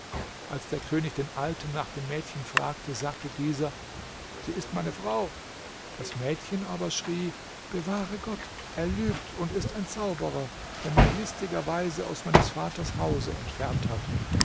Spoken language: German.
als der könig den alten nach dem mädchen fragte sagte dieser sie ist meine frau das mädchen aber schrie bewahre gott er lügt und ist ein zauberer der mich listigerweise aus meines vaters hause entfernt hat